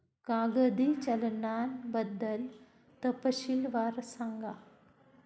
कागदी चलनाबद्दल तपशीलवार सांगा